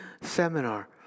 seminar